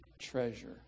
treasure